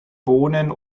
bohnen